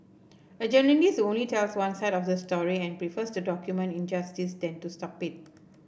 a journalist who only tells one side of the story and prefers to document injustice than to stop it